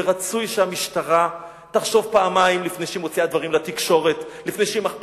ורצוי שהמשטרה תחשוב פעמיים לפני שהיא מוציאה דברים לתקשורת,